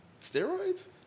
Steroids